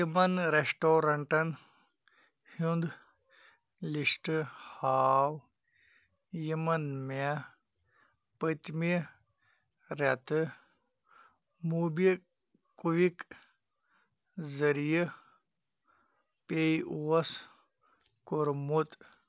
تِمَن رٮ۪سٹورنٛٹَن ہُنٛد لِسٹہٕ ہاو یِمَن مےٚ پٔتۍمہِ رٮ۪تہٕ موبی کوٗوِک ذٔریعہٕ پیٚے اوس کوٚرمُت